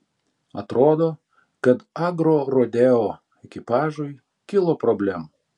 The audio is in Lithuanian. atrodo kad agrorodeo ekipažui kilo problemų